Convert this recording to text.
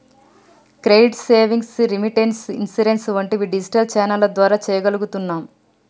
credit, savings, remittance, insurance వంటివి digital ఛానెల్ల ద్వారా చెయ్యగలుగుతున్నాం